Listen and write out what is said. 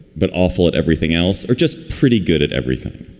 but awful at everything else or just pretty good at everything?